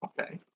Okay